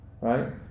Right